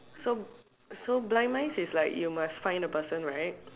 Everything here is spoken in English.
so so blind mice is like you must find the person right